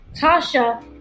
Tasha